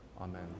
Amen